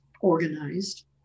organized